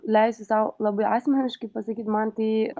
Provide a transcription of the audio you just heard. leisiu sau labai asmeniškai pasakyti man tai